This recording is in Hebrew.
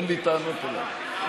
אין לי טענות אליך.